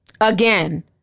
Again